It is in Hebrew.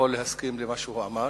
יכול להסכים למה שהוא אמר.